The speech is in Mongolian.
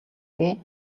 дээ